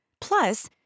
Plus